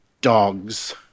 dogs